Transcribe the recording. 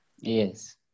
Yes